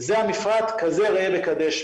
זה המפרט - כזה ראה וקדש,